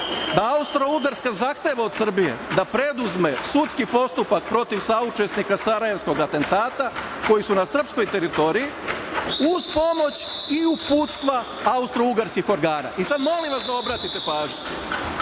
da Austrougarska zahteva od Srbije da preduzme sudski postupak protiv saučesnika Sarajevskog atentata koji su na srpskoj teritoriji uz pomoć i uz uputstva austrougarskih organa. I sad molim vas da obratite pažnju,